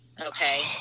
Okay